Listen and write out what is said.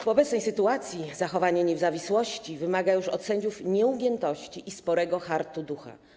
W obecnej sytuacji zachowanie niezawisłości wymaga już od sędziów nieugiętości i sporego hartu ducha.